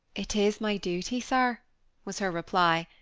it is my duty, sir was her reply,